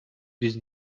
без